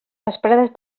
vesprades